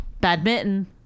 Badminton